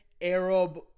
Arab